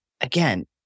again